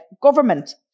government